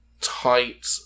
tight